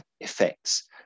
effects